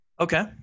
Okay